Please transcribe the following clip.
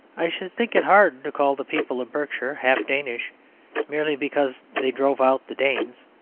i should think it hard to call the people of berkshire half-danish merely because they drove out the danes.